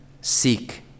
seek